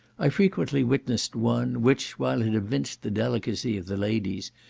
i frequently witnessed one, which, while it evinced the delicacy of the ladies,